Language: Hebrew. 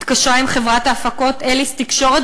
היא התקשרה עם חברת ההפקות "אליס תקשורת"